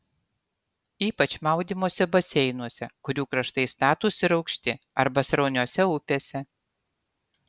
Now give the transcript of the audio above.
ypač maudymosi baseinuose kurių kraštai statūs ir aukšti arba srauniose upėse